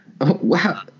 Wow